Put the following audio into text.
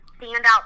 standout